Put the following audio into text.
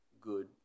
good